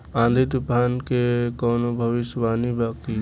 आँधी तूफान के कवनों भविष्य वानी बा की?